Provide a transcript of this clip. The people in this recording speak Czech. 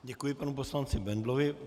Děkuji panu poslanci Bendlovi.